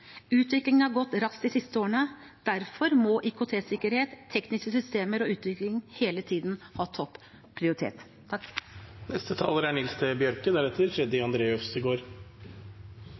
Utviklingen har gått raskt de siste årene. Derfor må IKT-sikkerhet, tekniske systemer og utviklingen hele tiden ha